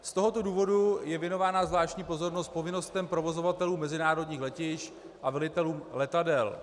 Z tohoto důvodu je věnována zvláštní pozornost povinnostem provozovatelů mezinárodních letišť a velitelům letadel.